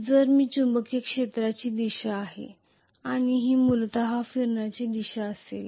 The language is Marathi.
तर ही चुंबकीय क्षेत्राची दिशा आहे आणि ही मूलत फिरण्याची दिशा असेल